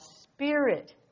spirit